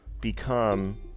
become